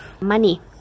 money